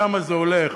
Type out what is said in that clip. שם זה הולך,